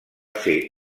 ser